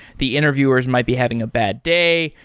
the interviewers might be having a bad day.